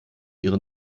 ihre